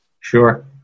Sure